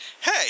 Hey